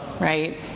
right